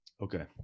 okay